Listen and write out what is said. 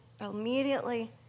immediately